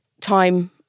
time